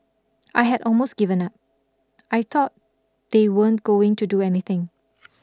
I had almost given up I thought they weren't going to do anything